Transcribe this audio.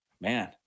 Man